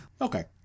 Okay